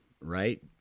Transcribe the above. Right